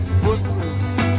footprints